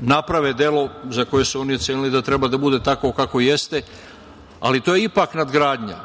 naprave delo za koje su oni ocenili da treba da bude takvo kakvo jeste, ali to je ipak nadgradnja.